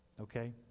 okay